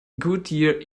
goodyear